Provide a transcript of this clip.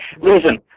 listen